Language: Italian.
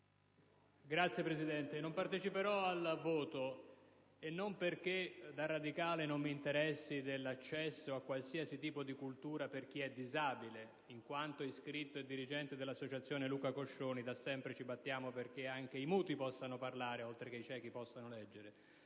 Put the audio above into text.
Signora Presidente, non parteciperò al voto, e non perché, da radicale, non mi interessi dell'accesso a qualsiasi tipo di cultura per chi è disabile. In quanto iscritto e dirigente dell'associazione «Luca Coscioni», devo dire che da sempre ci battiamo perché anche i muti possano parlare, oltre che affinché i ciechi possano leggere.